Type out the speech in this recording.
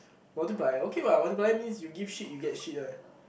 multiply okay what multiply means you give shit you get shit ah